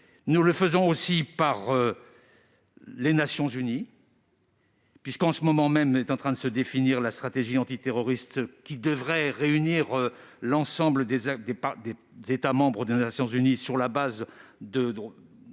Nous le faisons également les Nations unies, puisque, en ce moment même, est en train d'être définie la stratégie antiterroriste qui devrait réunir l'ensemble des États membres des Nations unies, sur la base d'éléments